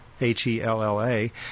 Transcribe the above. H-E-L-L-A